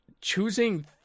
choosing